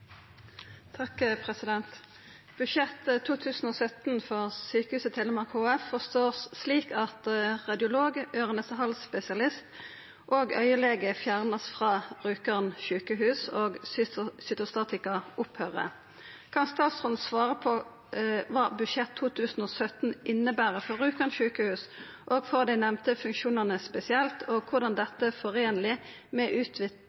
øyelege fjernes fra Rjukan sykehus og Cytostatika opphører. Kan statsråden svare på hva budsjett 2017 innebærer for Rjukan sykehus og for de nevnte funksjonene spesielt, og hvordan dette er forenlig med